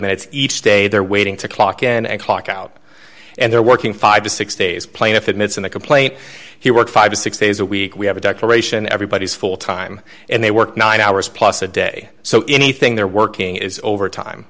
minutes each day they're waiting to clock in and clock out and they're working five to six days plaintiff admits in the complaint he works five to six days a week we have a declaration everybody is full time and they work nine hours plus a day so anything their working is overtime